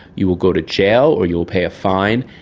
you will go to jail or you will pay a fine,